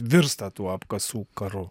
virsta tuo apkasų karu